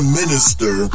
minister